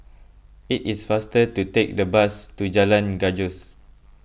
it is faster to take the bus to Jalan Gajus